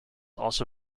also